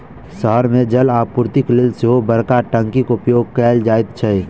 शहर मे जलापूर्तिक लेल सेहो बड़का टंकीक उपयोग कयल जाइत छै